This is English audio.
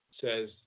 says